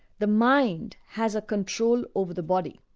the mind has a control over the body.